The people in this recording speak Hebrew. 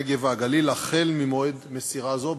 הנגב והגליל החל במועד מסירת הודעה זו.